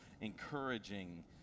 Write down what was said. encouraging